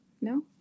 no